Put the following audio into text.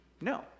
no